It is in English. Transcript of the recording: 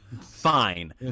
Fine